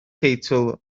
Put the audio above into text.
teitl